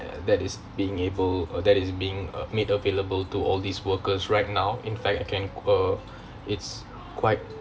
and that is being able or that is being uh made available to all these workers right now in fact I can uh it's quite